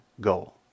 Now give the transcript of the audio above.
goal